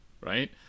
right